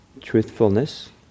truthfulness